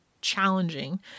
challenging